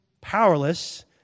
powerless